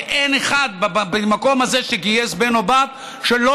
ואין אחד במקום הזה שגייס בן או בת שלא